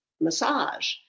massage